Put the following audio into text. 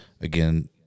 again